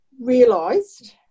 realised